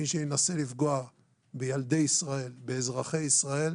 מי שינסה לפגוע בילדי ישראל ובאזרחי ישראל